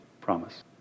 promise